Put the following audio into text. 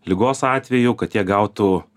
ligos atveju kad jie gautų